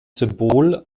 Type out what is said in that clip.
symbol